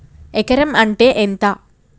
ఎకరం అంటే ఎంత?